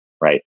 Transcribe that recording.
right